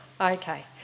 Okay